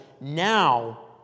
now